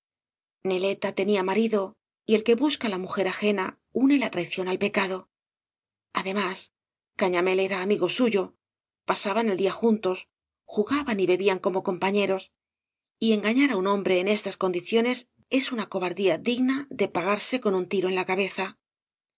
neleta tenía marido y el que busca la mujer ajena une la traición ai pecado además cañaní i era amigo buyo pasaban oí día jaatos jugaban y bebían como compañeros y engañar á un hombre en eetas condiciones es una cobardía digna de pagarse con un tiro en la cabeza